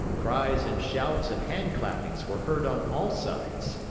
cries and shouts and handclappings were heard on all sides.